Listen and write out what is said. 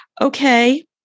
okay